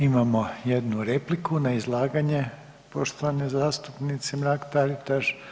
Imamo jednu repliku na izlaganje poštovane zastupnice Mrak-Taritaš.